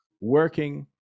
working